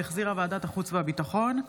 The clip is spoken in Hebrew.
שהחזירה ועדת החוץ והביטחון,